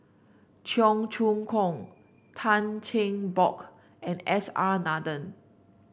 Cheong Choong Kong Tan Cheng Bock and S R Nathan